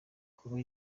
kuba